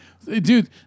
Dude